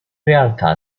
realtà